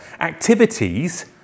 activities